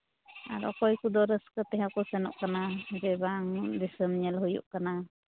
ᱟᱨ ᱚᱠᱚᱭ ᱠᱚᱫᱚ ᱨᱟᱹᱥᱠᱟᱹ ᱛᱮᱦᱚᱸ ᱠᱚ ᱥᱮᱱᱚᱜ ᱠᱟᱱᱟ ᱡᱮ ᱵᱟᱝ ᱫᱤᱥᱚᱢ ᱧᱮᱞ ᱦᱩᱭᱩᱜ ᱠᱟᱱᱟ